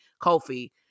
Kofi